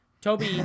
Toby